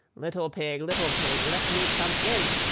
little pig, little pig, let me come in.